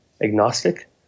agnostic